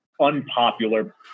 unpopular